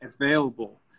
available